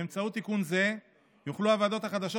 באמצעות תיקון זה יוכלו הוועדות החדשות